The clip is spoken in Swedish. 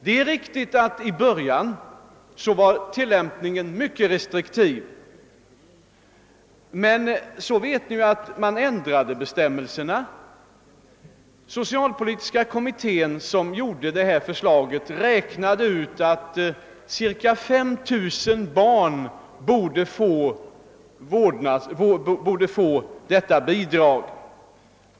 Det är riktigt att tillämpningen i början var mycket restriktiv. Sedan ändrades dock tillämpningsbestämmelserna, som vi vet. Socialpolitiska kommittén som utarbetade detta förslag räknade ut att cirka 5000 barn borde få detta bidrag.